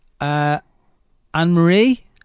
Anne-Marie